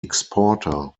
exporter